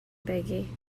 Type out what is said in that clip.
بگی